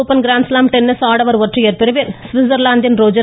open grand slam tennis ஆடவர் ஒற்றையர் பிரிவில் சுவிட்சர்லாந்தின் ரோஜர்